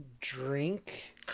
drink